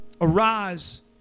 arise